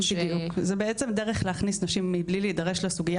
זו בעצם דרך להכניס נשים מבלי להידרש לסוגייה